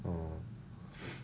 oh